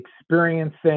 experiencing